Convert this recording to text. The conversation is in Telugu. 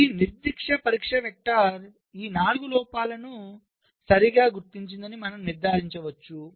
ఈ నిర్దిష్ట పరీక్ష వెక్టర్ ఈ 4 లోపాలను సరిగ్గా గుర్తించిందని మనము నిర్ధారించవచ్చు